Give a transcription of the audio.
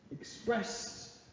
expressed